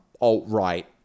alt-right